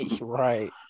Right